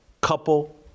couple